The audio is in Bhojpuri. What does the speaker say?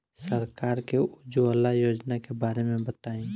सरकार के उज्जवला योजना के बारे में बताईं?